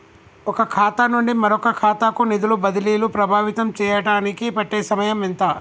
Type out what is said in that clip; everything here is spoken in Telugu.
ఒక ఖాతా నుండి మరొక ఖాతా కు నిధులు బదిలీలు ప్రభావితం చేయటానికి పట్టే సమయం ఎంత?